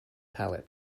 palate